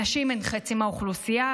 נשים הן חצי מהאוכלוסייה,